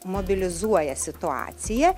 mobilizuoja situaciją